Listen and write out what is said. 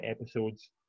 episodes